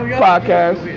podcast